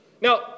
Now